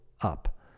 up